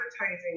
Advertising